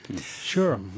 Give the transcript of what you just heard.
Sure